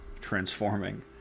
transforming